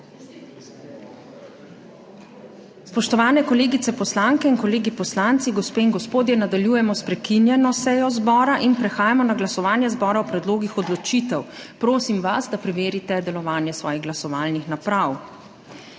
Spoštovane kolegice poslanke in kolegi poslanci, gospe in gospodje, nadaljujemo s prekinjeno sejo zbora. Prehajamo na glasovanje zbora o predlogih odločitev. Prosim vas, da preverite delovanje svojih glasovalnih naprav.